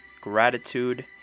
gratitude